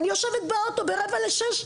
אני יושבת באוטו בשעה 05:45,